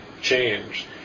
change